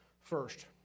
First